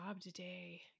today